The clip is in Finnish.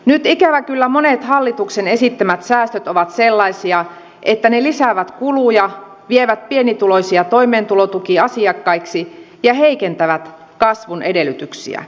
nyt ikävä kyllä monet hallituksen esittämät säästöt ovat sellaisia että ne lisäävät kuluja vievät pienituloisia toimeentulotukiasiakkaiksi ja heikentävät kasvun edellytyksiä